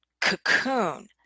cocoon